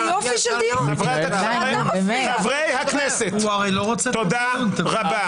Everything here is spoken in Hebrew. חברי הכנסת, תודה רבה.